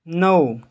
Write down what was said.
नौ